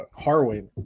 Harwin